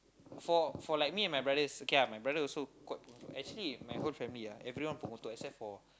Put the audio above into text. for for like me and my brothers okay ah my brother also quite actually my whole family ah everyone pengotor except for